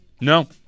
No